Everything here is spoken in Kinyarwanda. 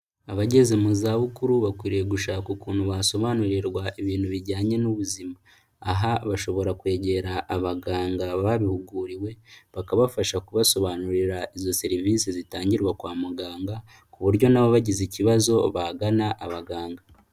Abageze mu zabukuru bakwiriye gushaka ukuntu basobanurirwa ibintu bijyanye n'ubuzima. Aha bashobora kwegera abaganga babihuguriwe, bakabafasha kubasobanurira izo serivisi zitangirwa kwa muganga, ku buryo nabo bagize ikibazo bagana abaganga.